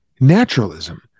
naturalism